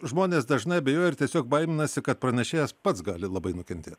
žmonės dažnai abejoja ar tiesiog baiminasi kad pranešėjas pats gali labai nukentėt